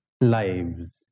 lives